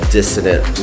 Dissident